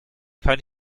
kann